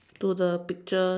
to the picture